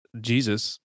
Jesus